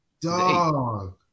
Dog